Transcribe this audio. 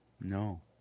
No